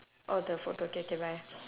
oh the photo okay K bye